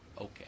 Okay